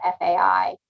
FAI